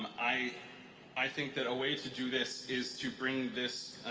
i i think that a way to do this is to bring this